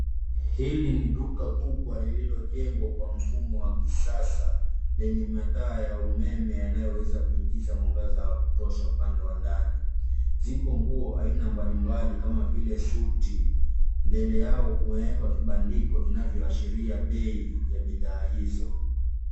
Hili ni duka kubwa lililojengwa kwa mfumo wa kisasa, lenye mataa ya umeme yanayoweza kuingiza mwangaza wa kutosha upande wa ndani. Zipo nguo aina mbalimbali kama vile suti. Mbele yao kumewekwa vibandiko vinavyoashiria bei, ya bidhaa hizo.